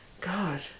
God